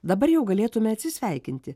dabar jau galėtume atsisveikinti